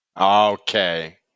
Okay